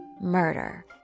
murder